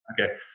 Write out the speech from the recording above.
okay